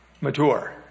mature